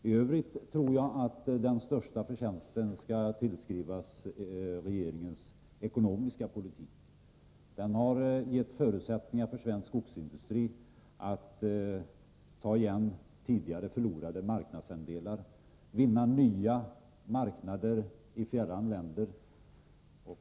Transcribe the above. I övrigt tror jag att den största förtjänsten skall tillskrivas regeringens ekonomiska politik. Den har gett förutsättningar för svensk skogsindustri att ta igen tidigare förlorade marknadsandelar och vinna nya marknader i fjärran länder.